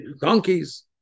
donkeys